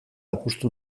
apustu